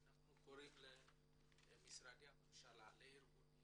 אנחנו קוראים למשרדי הממשלה ולארגונים